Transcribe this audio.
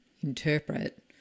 interpret